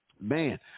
man